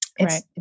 Right